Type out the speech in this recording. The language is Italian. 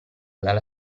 dalla